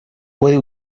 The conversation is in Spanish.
puede